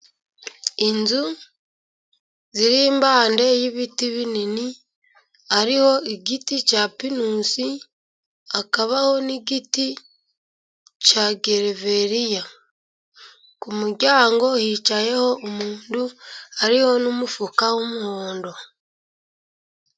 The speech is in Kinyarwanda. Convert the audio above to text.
Inzu ziri impande y'ibiti binini, hariho igiti cya pinusi, akabaho n'igiti cya geveriya, ku muryango hicayeho umuntu, hariho n'umufuka w'umuhondo.